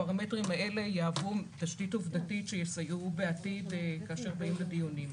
הפרמטרים האלה יהוו תשתית עובדתית ויסייעו בעתיד כאשר באים לדיונים.